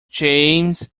james